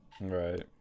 Right